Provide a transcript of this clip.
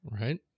Right